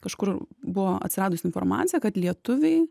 kažkur buvo atsiradus informacija kad lietuviai